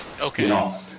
Okay